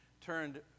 turned